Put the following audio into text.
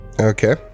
Okay